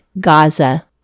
Gaza